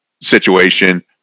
situation